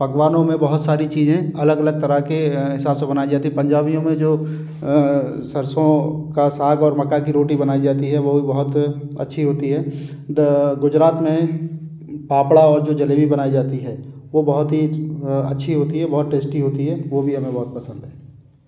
पकवानों मे बहुत सारी चीज़ें अलग अलग तरह के हिसाब से बनाई जाती है पंजाबियों मे सरसों का साग और मक्का की रोटी बनाई जाती है वो भी बहुत अच्छी होती है गुजरात में फफड़ा और जो जलेबी बनाई जाती है वो बहुत ही अच्छी होती है बहुत टैस्टी होती है वो भी हमें बहुत पसंद है